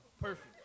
perfect